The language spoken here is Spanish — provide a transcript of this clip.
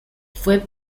fue